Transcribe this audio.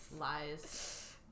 Lies